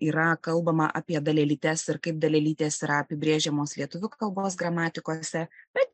yra kalbama apie dalelytes ir kaip dalelytės yra apibrėžiamos lietuvių kalbos gramatikose bet